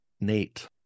Nate